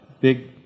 big